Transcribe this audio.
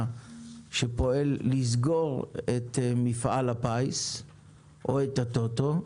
שפועל לסגור את מפעל הפיס או את הטוטו,